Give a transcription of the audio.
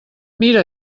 mira